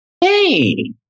hey